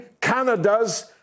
Canada's